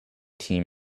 team